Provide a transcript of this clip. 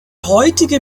heutige